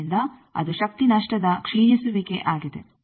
ಆದ್ದರಿಂದ ಅದು ಶಕ್ತಿ ನಷ್ಟದ ಕ್ಷೀಣಿಸುವಿಕೆ ಆಗಿದೆ